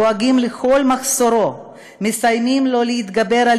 דואגים לכל מחסורו ומסייעים לו להתגבר על